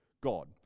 God